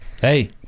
Hey